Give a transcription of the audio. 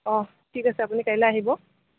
ঠিক আছে আপুনি কাইলৈ আহিব